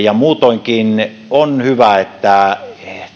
ja muutoinkin on hyvä että